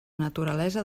naturalesa